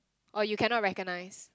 or you cannot recognise